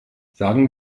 sagen